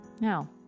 Now